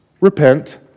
Repent